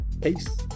Peace